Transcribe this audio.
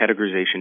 categorization